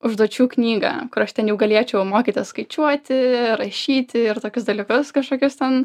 užduočių knygą kur aš ten galėčiau mokytis skaičiuoti rašyti ir tokius dalykus kažkokius ten